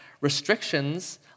restrictions